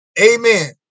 Amen